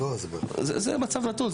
זה מצב נתון,